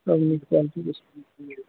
सब नीक क्वालिटीके छै